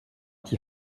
die